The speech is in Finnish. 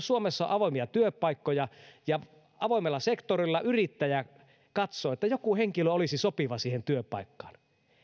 suomessa on avoimia työpaikkoja ja avoimella sektorilla yrittäjä katsoo että joku henkilö olisi sopiva siihen työpaikkaan